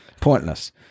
Pointless